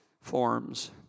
forms